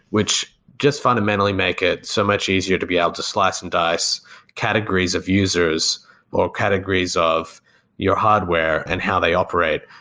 which just fundamentally make it so much easier to be able to slice and dice categories of users or categories of your hardware and how they operate.